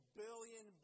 billion